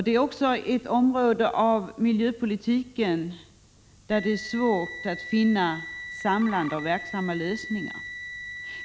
Det är också ett område av miljöpolitiken där det är svårt att finna samlande och verksamma lösningar.